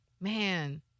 Man